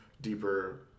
deeper